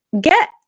get